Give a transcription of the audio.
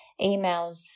emails